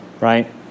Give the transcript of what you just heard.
Right